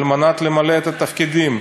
על מנת למלא את התפקידים.